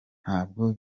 ntabwo